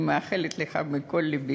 אני מאחלת לך מכל לבי,